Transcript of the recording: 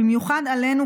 במיוחד עלינו,